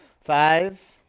five